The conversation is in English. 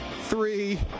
three